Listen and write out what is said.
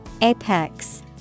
Apex